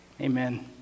Amen